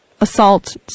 assault